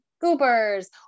goobers